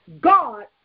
God